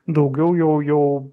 daugiau jau jau